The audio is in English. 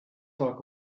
talk